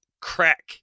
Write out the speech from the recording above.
Crack